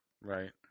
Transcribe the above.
Right